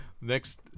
Next